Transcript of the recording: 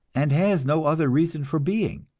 and has no other reason for being.